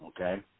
okay